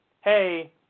hey